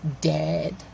dead